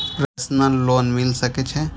Personal loan मिल सके छे?